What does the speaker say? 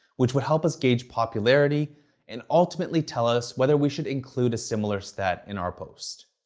which would help us gauge popularity and ultimately tell us whether we should include a similar stat in our post.